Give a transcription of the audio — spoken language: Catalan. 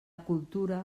cultura